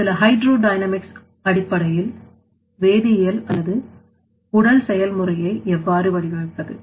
சில hydrodynamic அடிப்படையில் வேதியியல் அல்லது உடல் செயல்முறையை எவ்வாறு வடிவமைப்பது